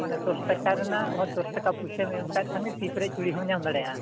ᱢᱟᱱᱮ ᱫᱚᱥ ᱴᱟᱠᱟ ᱨᱮᱱᱟᱜ ᱦᱮᱸ ᱫᱚᱥ ᱴᱟᱠᱟ ᱯᱩᱭᱥᱟᱹᱢ ᱮᱢ ᱠᱷᱟᱡ ᱠᱷᱟᱱ ᱜᱮ ᱛᱤ ᱯᱮᱨᱮᱡ ᱪᱩᱲᱤ ᱦᱚᱢ ᱧᱟᱢ ᱫᱟᱲᱮᱭᱟᱜᱼᱟ